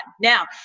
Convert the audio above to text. Now